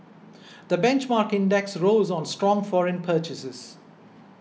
the benchmark index rose on strong foreign purchases